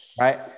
right